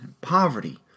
poverty